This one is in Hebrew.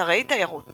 אתרי תיירות